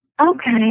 Okay